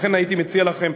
לכן הייתי מציע לכם,